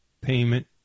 payment